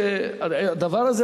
הדבר הזה,